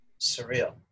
surreal